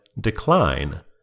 decline